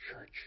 church